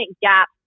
gap